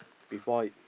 before